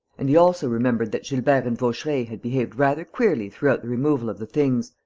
and he also remembered that gilbert and vaucheray had behaved rather queerly throughout the removal of the things,